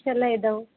ಇಷ್ಟೆಲ್ಲ ಇದಾವು